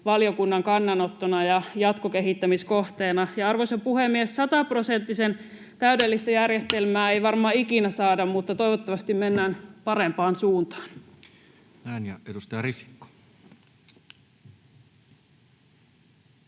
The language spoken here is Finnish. valiokunnan kannanottona ja jatkokehittämiskohteena. Arvoisa puhemies! Sataprosenttisen täydellistä järjestelmää ei varmaan ikinä saada, mutta toivottavasti mennään parempaan suuntaan. [Speech 176] Speaker: